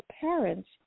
parents